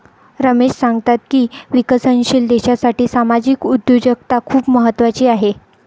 रमेश सांगतात की विकसनशील देशासाठी सामाजिक उद्योजकता खूप महत्त्वाची आहे